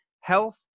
health